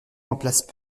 remplacent